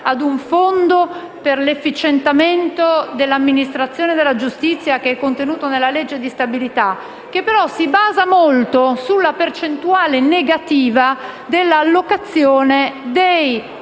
a un fondo per l'efficientamento dell'amministrazione della giustizia, che è contenuto nella legge di stabilità, che, però, si basa molto sulla percentuale negativa dell'allocazione degli